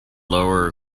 lower